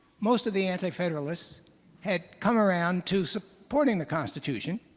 most of the antifederalists had come around to supporting the constitution.